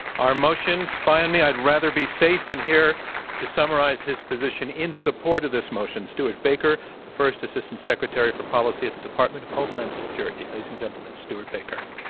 our motion, spy on me, i'd rather be safe, and here to summarize his position in support of this motion, stewart baker, the first assistant secretary for policy at the department of homeland security. ladies and gentlemen, stewart baker.